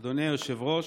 אדוני היושב-ראש,